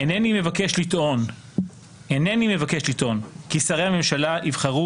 אינני מבקש לטעון כי שרי הממשלה יבחרו